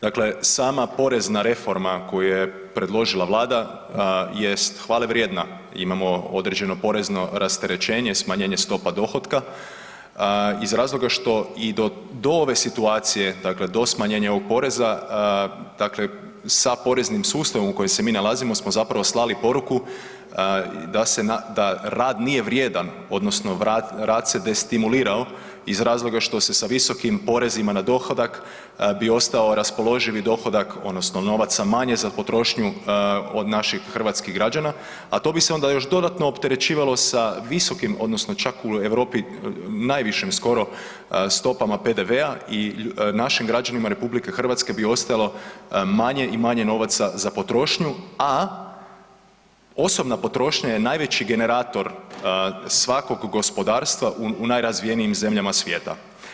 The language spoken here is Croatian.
Dakle, sama porezna reforma koju je predložila Vlada jest hvale vrijedna, imamo određeno porezno rasterećenje smanjenje stopa dohotka iz razloga što i do ove situacije, dakle do smanjenja ovog poreza dakle sa poreznim sustavom u kojem se mi nalazimo smo zapravo slali poruku da se, da rad nije vrijedan odnosno rad se destimulirao iz razloga što se sa visokim porezima na dohodak bi ostao raspoloživi dohodak odnosno novaca manje za potrošnju naših hrvatskih građana, a to bi se onda još dodatno opterećivalo sa visokim odnosno čak u Europi najvišim skoro stopama PDV-a i našim građanima RH bi ostajalo manje i manje novaca za potrošnju, a osobna potrošnja je najveći generator svakog gospodarstva u najrazvijenijim zemljama svijeta.